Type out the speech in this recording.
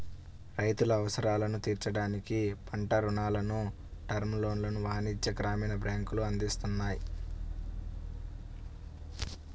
రైతుల అవసరాలను తీర్చడానికి పంట రుణాలను, టర్మ్ లోన్లను వాణిజ్య, గ్రామీణ బ్యాంకులు అందిస్తున్నాయి